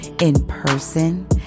in-person